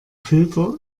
filter